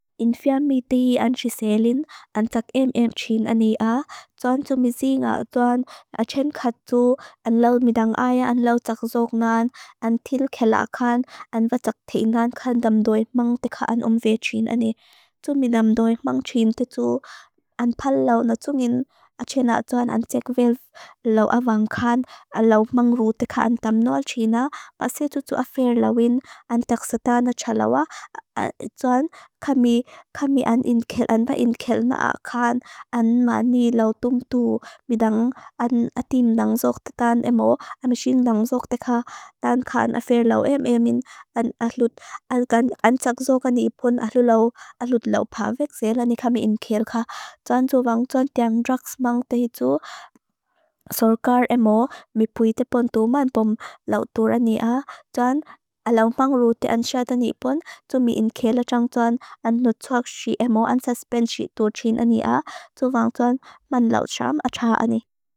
In fian mi tìi an jiséilin, an sak em em tìin an i a. Tsoan tsu mi zìi nga atoan achén kát tsu, an lau midang aya, an lau takzógnan, an tìl kélákan, an vatak tìi ngan kan damdóik mang tika an umve tìin an i. Tso mi damdóik mang tìin tìi tsu an pal lau na tsungin achén atoan an tìk velv lau avang kan, an lau mang rú tika an damdóal tìi na, ba sì tù tsu afer lau in, an takzatana txa lau a, tsoan kami, kami an in kél, an va in kél na akan, an ma ni lau tùm tùm bidang an atim dang zógtetan emo, an mi xìng dang zógtekan, an ka an afer lau em em in, an atlut, an kan, an takzógan ni ipón atlut lau, atlut lau pávek, zé lani ka mi in kél ka, tsoan tsu vang tsoan tiang drugs mang tìi tsu, sorkar emo, mi puite pon tùm man pom lau tùr ani a, tsoan, an lau mang rú tìa an txada ni ipón, tso mi in kél atoan tsoan, an nu tsoak xì emo, an saspen xì tó txín ani a, tso vang tsoan man lau txam a txaa ani.